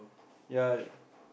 ya